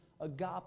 agape